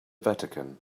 vatican